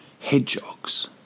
hedgehogs